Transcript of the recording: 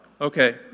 Okay